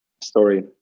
story